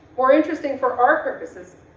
more interesting for our purposes,